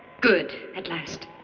good, at last.